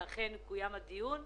ואכן קוים הדיון,